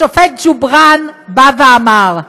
השופט ג'ובראן אמר: